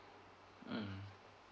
mm